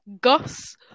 Gus